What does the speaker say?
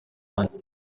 wanjye